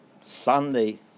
Sunday